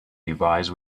device